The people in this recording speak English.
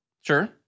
Sure